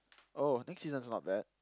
oh next season is not bad